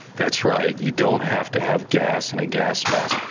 that's right you don't have to have gas and a gas mask.